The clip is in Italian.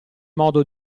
modo